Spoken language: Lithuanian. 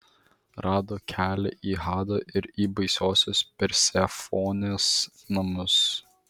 rado kelią į hado ir į baisiosios persefonės namus